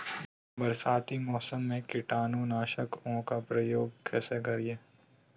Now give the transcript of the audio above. बरसाती मौसम में कीटाणु नाशक ओं का प्रयोग कैसे करिये?